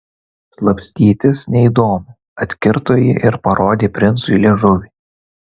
slapstytis neįdomu atkirto ji ir parodė princui liežuvį